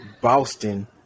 Boston